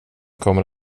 kommer